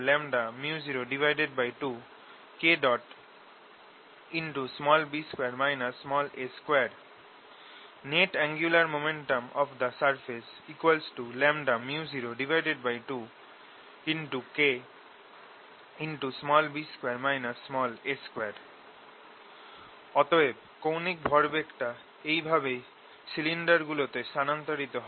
Net torque µ02K Net angular momentum of the system µ02K অতএব কৌণিক ভরবেগটা এই ভাবেই সিলিন্ডারগুলোতে স্থানান্তরিত হয়